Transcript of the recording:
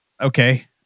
Okay